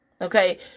Okay